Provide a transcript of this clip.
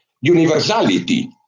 universality